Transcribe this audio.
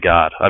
God